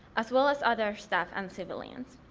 as well as other staff and civilians.